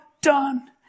done